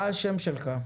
מה השם שלך?